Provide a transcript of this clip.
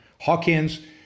Hawkins